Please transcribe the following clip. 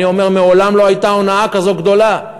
אני אומר: מעולם לא הייתה הונאה כזו גדולה.